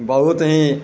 बहुत ही